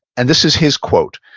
and this is his quote,